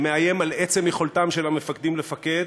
שמאיים על עצם יכולתם של המפקדים לפקד